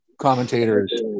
commentators